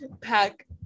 Pack